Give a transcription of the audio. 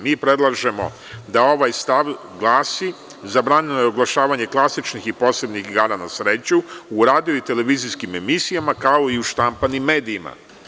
Mi predlažemo da ovaj stav glasi – zabranjeno je oglašavanje klasičnih i posebnih igara na sreću u radio i televizijskim emisijama, kao i u štampanim medijima.